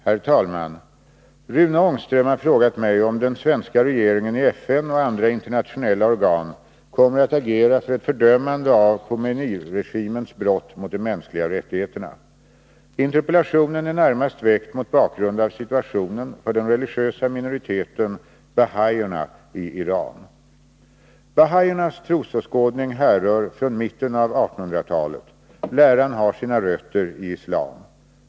Herr talman! Rune Ångström har frågat mig om den svenska regeringen i FN och andra internationella organ kommer att agera för ett fördömande av Khomeini-regimens brott mot de mänskliga rättigheterna. Interpellationen är närmast väckt mot bakgrund av situationen för den religiösa minoriteten bahaierna i Iran. Bahaiernas trosåskådning härrör från mitten av 1800-talet. Läran har sina rötter i islam.